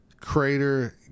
crater